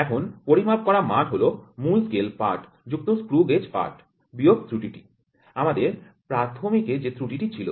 এখন পরিমাপ করা মান হল মূল স্কেল পাঠ যুক্ত স্ক্রু গেজ পাঠ বিয়োগ ত্রুটিটি আমাদের প্রাথমিক যে ত্রুটিটি ছিল